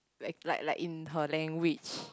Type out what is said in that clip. like like like in her language